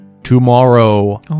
tomorrow